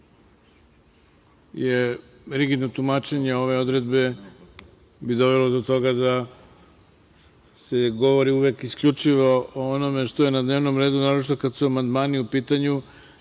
rigidno tumačenje ove odredbe dovelo do toga da se govori uvek isključivo o onome što je na dnevnom redu, naročito kada su amandmani u pitanju